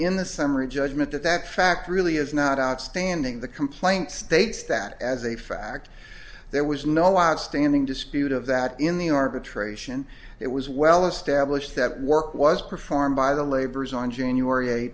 in the summary judgment that that fact really is not outstanding the complaint states that as a fact there was no outstanding dispute of that in the arbitration it was well established that work was performed by the labors on january